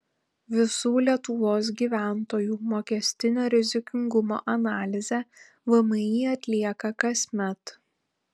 visų lietuvos gyventojų mokestinio rizikingumo analizę vmi atlieka kasmet